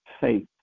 faith